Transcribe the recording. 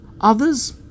others